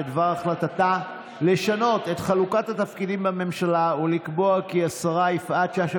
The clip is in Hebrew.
בדבר החלטתה לשנות את חלוקת התפקידים בממשלה ולקבוע כי השרה יפעת שאשא